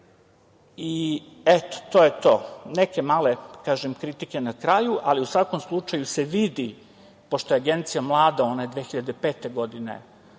to je to. Neke male, kažem, kritike na kraju, ali u svakom slučaju se vidi, pošto je Agencija mlada, ona je 2005. godine